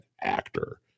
actor